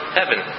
heaven